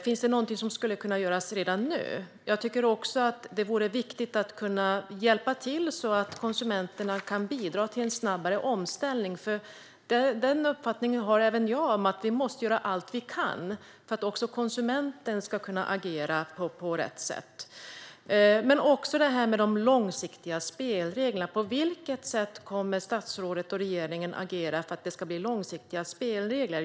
Finns det någonting som skulle kunna göras redan nu? Det vore också viktigt att hjälpa till så att konsumenterna kan bidra till en snabbare omställning. Även jag har uppfattningen att vi måste göra allt vi kan för att också konsumenten ska kunna agera på rätt sätt. På vilket sätt kommer statsrådet och regeringen att agera för att det ska bli långsiktiga spelregler?